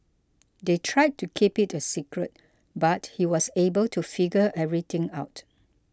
they tried to keep it a secret but he was able to figure everything out